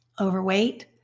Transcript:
Overweight